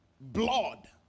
Blood